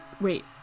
wait